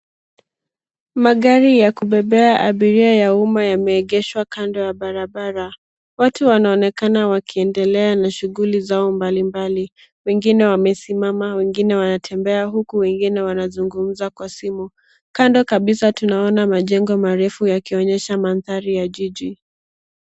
Magari ya kubebea abiria ya umma yameeshwa kando ya barabara, watu wanaonekana wakiendelea na shughuli zao mbali mbali. Wengine wamesimama, wengene wanatembea huku wengine wanazungumza kwa simu. Kando kabisa tunaona majengo marefu yakionyesha mandhari ya jiji.